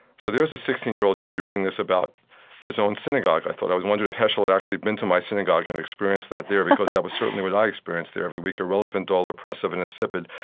so there is this sixteen year old kid, reading this about his own synagogue. i thought i wondered if heschel had actually been to my synagogue and experienced that there, because that was certainly what i experienced there, every week irrelevant, dull, oppressive, and insipid.